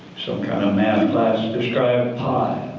so kind of math class, describe pie.